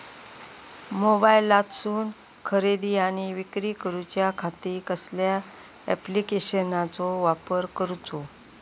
मोबाईलातसून खरेदी आणि विक्री करूच्या खाती कसल्या ॲप्लिकेशनाचो वापर करूचो?